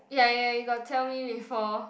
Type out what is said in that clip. ya ya he got tell me before